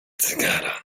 cygara